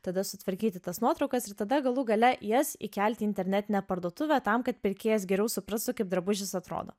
tada sutvarkyti tas nuotraukas ir tada galų gale jas įkelti į internetinę parduotuvę tam kad pirkėjas geriau suprastų kaip drabužis atrodo